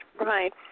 Right